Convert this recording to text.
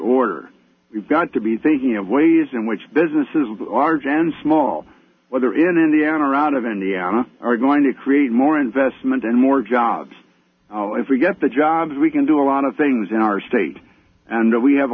order we've got to be thinking of ways in which businesses large and small whether in indiana around of indiana are going to create more investment and more jobs oh if we get the jobs we can do a lot of things in our state and we have a